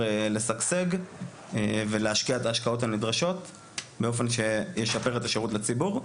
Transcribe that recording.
לשגשג ולהשקיע את ההשקעות הנדרשות באופן שישפר את השירות לציבור.